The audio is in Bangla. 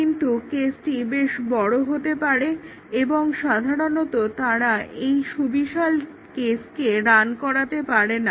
কিন্তু কেসটি বেশ বড় হতে পারে এবং সাধারণত তারা এই সুবিশাল কেসকে রান করাতে পারে না